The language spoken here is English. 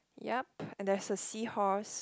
yup and there is a seahorse